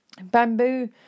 Bamboo